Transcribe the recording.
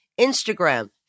Instagram